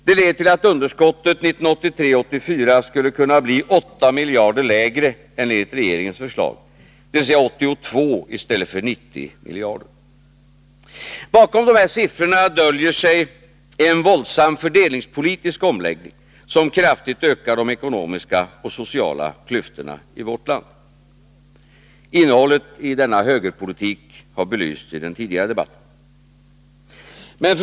Det leder till att underskottet 1983/84 skulle kunna bli 8 miljarder lägre än enligt regeringens förslag, dvs. 82 i stället för 90 miljarder. Bakom dessa siffror döljer sig en våldsam fördelningspolitisk omläggning, som kraftigt ökar de ekonomiska och sociala klyftorna i vårt land. Innehållet i denna högerpolitik har belysts i den tidigare debatten.